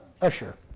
usher